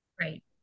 Right